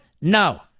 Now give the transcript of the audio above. no